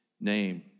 name